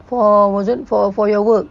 for was it for for your work